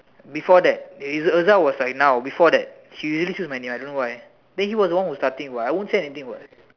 before that his agile was like now before that he really choose my name I don't why then he was the one who start it I won't say anything [what]